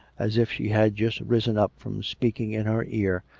as if she had just risen up from speaking in her ear,